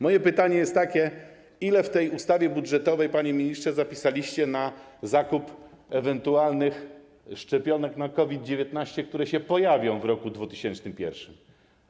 Moje pytanie jest takie: Ile w tej ustawie budżetowej, panie ministrze, zapisaliście środków na zakup ewentualnych szczepionek na COVID-19, które się pojawią w roku 2021?